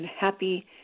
happy